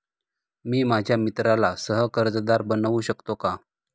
मी माझ्या मित्राला सह कर्जदार बनवू शकतो का?